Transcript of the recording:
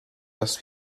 dass